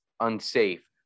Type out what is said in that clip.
Unsafe